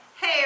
hey